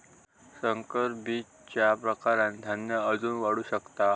संकर बीजच्या प्रकारांनी धान्य अजून वाढू शकता